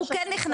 הוא כן נכנס,